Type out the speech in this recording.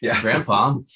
grandpa